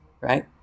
right